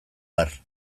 har